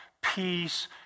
peace